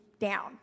down